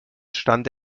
stand